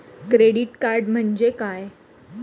Credit card म्हणजे काय?